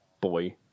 Boy